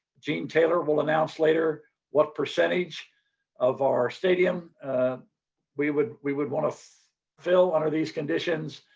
gene taylor will announce later what percentage of our stadium we would we would want to fill under these conditions.